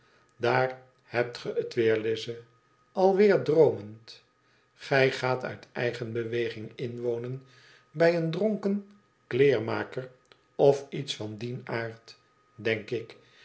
daar hebt ge t weer lize alweer droomend gij gaat uit eigen beweging inwonen bij een dronken kleermaker of iets van dien aard denk k